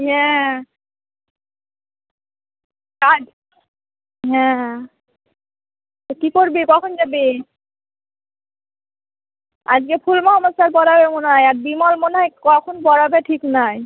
হ্যাঁ আজ হ্যাঁ হ্যাঁ তো কী করবি কখন যাবি আজকে ফুল মহমদ স্যার পড়াবে মনে হয় আর বিমল মনে হয় কখন পড়াবে ঠিক নাই